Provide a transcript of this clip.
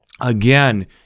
again